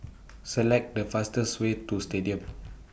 Select The fastest Way to Stadium